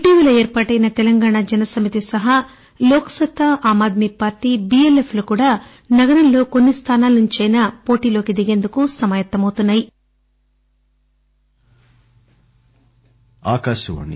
ఇటీవల ఏర్పాటైన తెలంగాణా జనసమితి సహా లోక్సత్తా ఆమ్ ఆద్మీ పార్టీ బిఎల్ఎఫ్ లు కూడా నగరంలో కొన్ని స్థానాల నుండి అయినా పోటీలోకి దిగేందుకు సమాయత్తమవుతున్నా యి